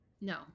no